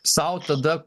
sau tada